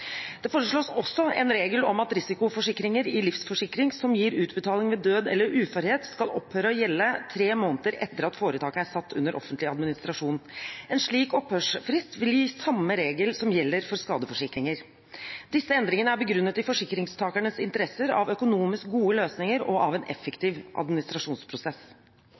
Det foreslås også en regel om at risikoforsikringer i livsforsikring som gir utbetaling ved død eller uførhet, skal opphøre å gjelde tre måneder etter at foretaket er satt under offentlig administrasjon. En slik opphørsfrist vil gi samme regel som gjelder for skadeforsikringer. Disse endringene er begrunnet i forsikringstakernes interesser av økonomisk gode løsninger og av en effektiv administrasjonsprosess.